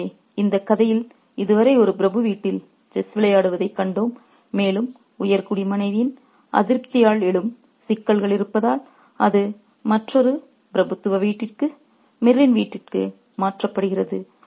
எனவே இந்த கதையில் இதுவரை ஒரு பிரபு வீட்டில் செஸ் விளையாடுவதைக் கண்டோம் மேலும் உயர்குடி மனைவியின் அதிருப்தியால் எழும் சிக்கல்கள் இருப்பதால் அது மற்றொரு பிரபுத்துவ வீட்டிற்கு மீரின் வீட்டிற்கு மாற்றப்படுகிறது